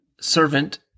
servant